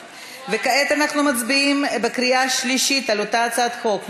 כעת אנחנו מצביעים בקריאה שלישית על אותה הצעת חוק.